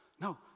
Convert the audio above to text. No